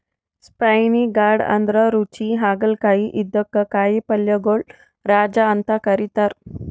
spiny gourd ಅಂದ್ರ ರುಚಿ ಹಾಗಲಕಾಯಿ ಇದಕ್ಕ್ ಕಾಯಿಪಲ್ಯಗೊಳ್ ರಾಜ ಅಂತ್ ಕರಿತಾರ್